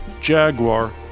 Jaguar